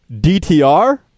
DTR